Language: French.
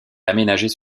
aménagés